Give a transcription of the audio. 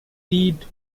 did